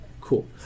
Cool